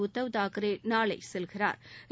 உத்தவ் தாக்கரே நாளை செல்கிறாள்